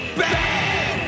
bad